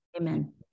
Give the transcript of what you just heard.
Amen